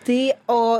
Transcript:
tai o